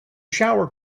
shower